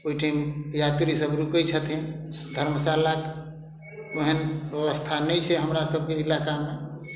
ओइठिन यात्री सब रुकय छथिन धर्मशालाक ओहन व्यवस्था नहि छै हमरा सबके इलाकामे